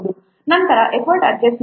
ನಂತರ ಈ effort adjustment factor 0